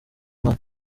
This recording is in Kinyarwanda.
nkari